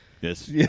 Yes